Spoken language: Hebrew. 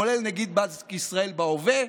כולל נגיד בנק ישראל בהווה,